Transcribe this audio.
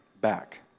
back